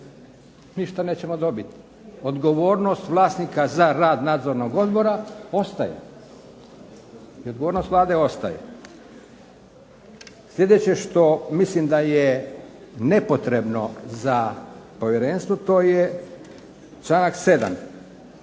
Ništa nećemo dobiti. Odgovornost vlasnika za rad nadzornog odbora ostaje. I odgovornost Vlade ostaje. Sljedeće što mislim da je nepotrebno za povjerenstvo to je članak 7.,